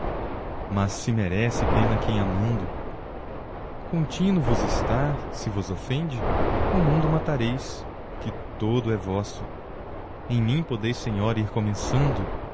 mas se merece pena quem amando contino vos está se vos ofende o mundo matareis que todo é vosso em mim podeis senhora ir começando